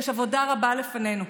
יש עבודה רבה לפנינו.